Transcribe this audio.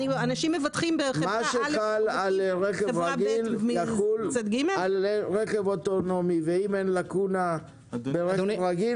מה שחל על רכב רגיל יחול על רכב אוטונומי ואם אין לקונה ברכב רגיל,